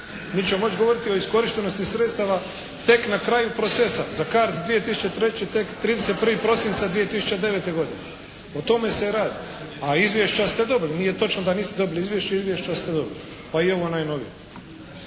Mi ćemo moći govoriti o iskorištenosti sredstava tek na kraju procesa. Za CARDS 2003. tek 31. prosinca 2009. godine. O tome se i radi. A izvješća ste dobili. Nije točno da niste dobili izvješće. Izvješća ste dobili. Pa i ovo najnovije.